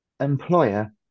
employer